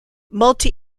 multi